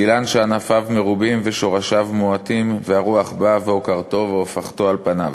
לאילן שענפיו מרובין ושורשיו מועטין והרוח באה ועוקרתו והופכתו על פניו.